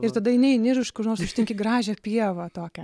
ir tada eini eini ir iš kur nors užtinki gražią pievą tokią